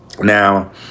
Now